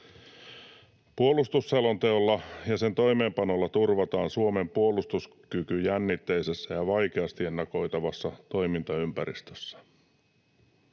Puolustusselonteolla ja sen toimeenpanolla turvataan Suomen puolustuskyky jännitteisessä ja vaikeasti ennakoitavassa toimintaympäristössä.